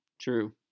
True